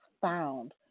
found